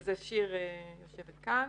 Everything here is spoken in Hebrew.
בגלל זה שיר אברמיצקי יושבת כאן.